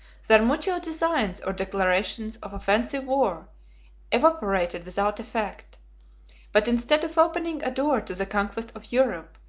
their mutual designs or declarations of offensive war evaporated without effect but instead of opening a door to the conquest of europe,